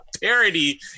parody